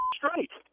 straight